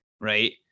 right